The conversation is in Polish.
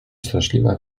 straszliwa